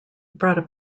brought